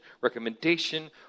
recommendation